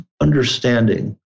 understanding